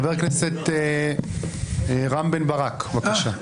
חבר הכנסת רם בן ברק, בבקשה.